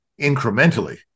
incrementally